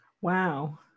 Wow